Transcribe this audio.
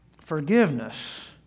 Forgiveness